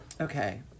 Okay